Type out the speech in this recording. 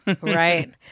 Right